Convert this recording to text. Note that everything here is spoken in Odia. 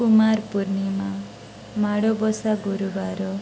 କୁମାର ପୂର୍ଣ୍ଣିମା ମାଣବସା ଗୁରୁବାର